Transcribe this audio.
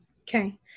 Okay